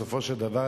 בסופו של דבר,